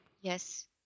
Yes